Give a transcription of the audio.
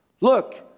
Look